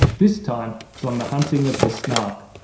this time from the hunting of the snark.